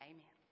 Amen